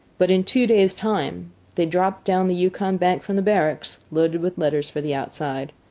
but in two days' time they dropped down the yukon bank from the barracks, loaded with letters for the outside.